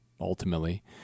ultimately